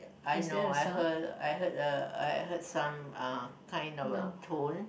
I know I heard I heard a I heard some uh kind of a tone